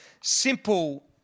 simple